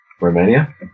Romania